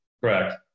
Correct